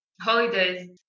holidays